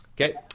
Okay